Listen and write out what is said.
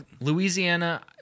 Louisiana